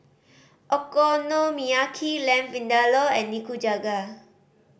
Okonomiyaki Lamb Vindaloo and Nikujaga